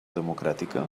democràtica